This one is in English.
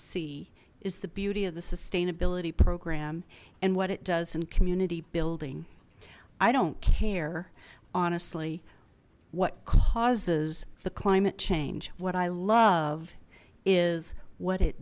see is the beauty of the sustainability program and what it does in community building i don't care honestly what causes the climate change what i love is what it